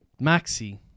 Maxi